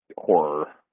horror